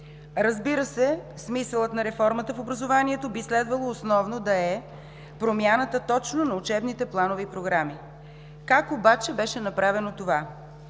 Разбира се, смисълът на реформата в образованието би следвало основно да е промяната точно на учебните планове и програми. Как обаче беше направено това?